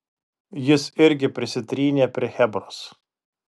jis irgi prisitrynė prie chebros